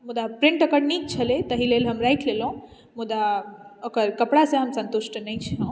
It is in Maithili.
मुदा प्रिन्ट ओकर नीक छलै ताहि लेल हम राखि लेलहुँ मुदा ओकर कपड़ा से हम सन्तुष्ट नहि छलहुँ